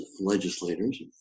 legislators